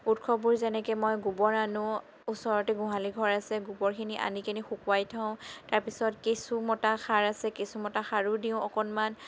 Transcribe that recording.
উৎসবোৰ যেনেকে মই গোবৰ আনোঁ ওচৰতে গোহালি ঘৰ আছে গোবৰখিনি আনিকেনে শুকুৱাই থওঁ তাৰপাছত কেচুঁমতা সাৰ আছে কেঁচুমতা সাৰো দিওঁ অকণমান